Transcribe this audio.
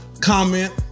comment